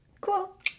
Cool